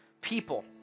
people